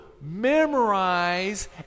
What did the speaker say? memorize